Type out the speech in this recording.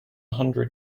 hundred